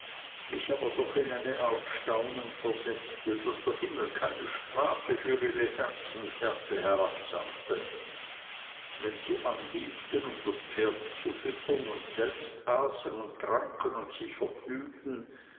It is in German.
mich aber doch in eine art staunen versetzte daß der himmel keine strafe für ihre herzenshärte herabsandte wenn sie anhielten um das pferd zu füttern und selbst aßen und tranken und sich vergnügten